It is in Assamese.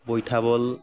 বইথা বল